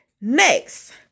Next